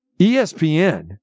ESPN